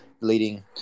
leading